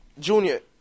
Junior